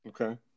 Okay